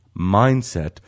mindset